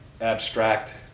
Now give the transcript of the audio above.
abstract